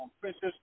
Princess